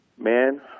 Man